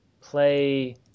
play